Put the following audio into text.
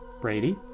brady